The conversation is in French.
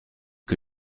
que